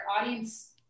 audience